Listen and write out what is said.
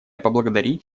поблагодарить